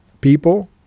people